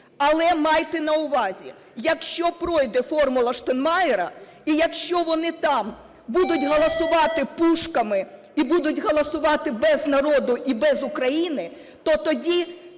Але майте на увазі, якщо пройде "формула Штайнмайєра" і якщо вони там будуть голосувати пушками і будуть голосувати без народу, і без України, то тоді